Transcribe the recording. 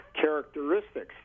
characteristics